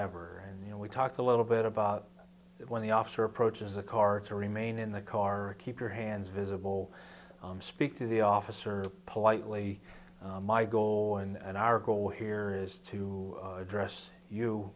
ever and you know we talked a little bit about when the officer approaches the car to remain in the car keep your hands visible speak to the officer politely my goal and our goal here is to address you